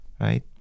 right